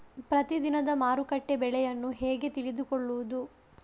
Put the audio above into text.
ಪ್ರತಿದಿನದ ಮಾರುಕಟ್ಟೆ ಬೆಲೆಯನ್ನು ಹೇಗೆ ತಿಳಿದುಕೊಳ್ಳುವುದು?